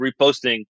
reposting